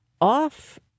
off